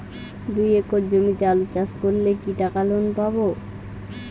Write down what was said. দুই একর জমিতে আলু চাষ করলে কি টাকা লোন পাবো?